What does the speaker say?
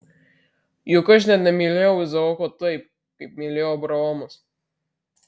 juk aš net nemylėjau izaoko taip kaip mylėjo abraomas